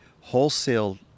wholesale